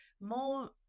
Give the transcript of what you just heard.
more